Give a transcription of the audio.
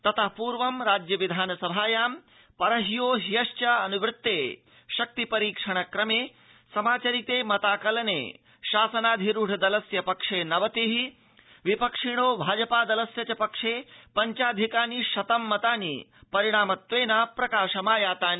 ततःपूर्वं राज्य विधानसभायां परह्यो ह्यश्वानुवत्ते शक्ति परीक्षण क्रमे समाचरिते मताकलने शासनाधिरूढ दलस्य पक्षे नवतिः विपक्षिणो भाजपा दलस्य च पक्षे पञ्चाधिकानि शतं मतानि परिणामत्वेन प्रकाशमायातानि